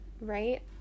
right